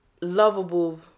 lovable